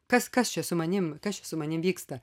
kas kas čia su manim kas su manim vyksta